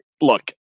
Look